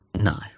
No